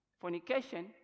fornication